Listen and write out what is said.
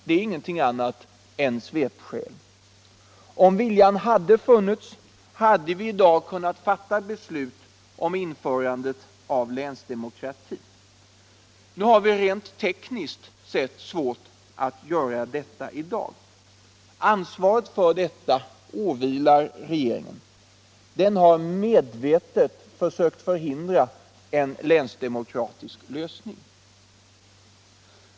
Det är ingenting annat än svepskäl. Om viljan hade funnits hade vi i dag kunnat fatta ett beslut om införande av länsdemokrati. Nu har vi rent tekniskt sett svårt att göra detta i dag. Ansvaret för det åvilar regeringen. Den har medvetet försökt förhindra en länsdemokratisk lösning.